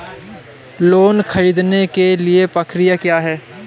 Loan ख़रीदने के लिए प्रक्रिया क्या है?